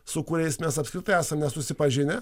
su kuriais mes apskritai esame susipažinę